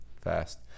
fast